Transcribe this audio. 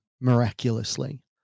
miraculously